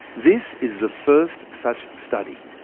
this is the first such study,